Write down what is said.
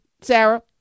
Sarah